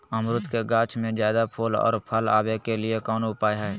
अमरूद के गाछ में ज्यादा फुल और फल आबे के लिए कौन उपाय है?